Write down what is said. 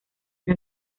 una